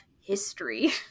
history